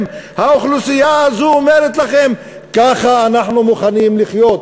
האוכלוסייה הזאת אומרת לכם: ככה אנחנו מוכנים לחיות,